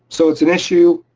so it's an issue.